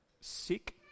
sick